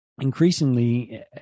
increasingly